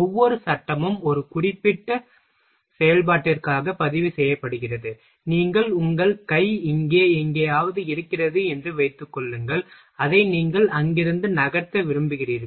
ஒவ்வொரு சட்டமும் ஒரு குறிப்பிட்ட செயல்பாட்டிற்காக பதிவு செய்யப்படுகிறது நீங்கள் உங்கள் கை இங்கே எங்காவது இருக்கிறது என்று வைத்துக் கொள்ளுங்கள் அதை நீங்கள் அங்கிருந்து நகர்த்த விரும்புகிறீர்கள்